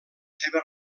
seva